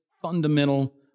fundamental